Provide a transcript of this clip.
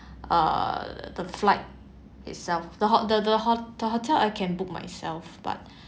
uh the flight itself the ho~ the the ho~ the hotel I can book myself but